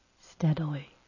steadily